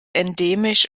endemisch